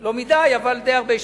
לא מדי, אבל די הרבה שנים.